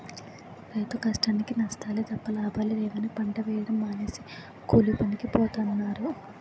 రైతు కష్టానికీ నష్టాలే తప్ప లాభాలు లేవని పంట వేయడం మానేసి కూలీపనికి పోతన్నారు